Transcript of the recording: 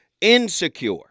insecure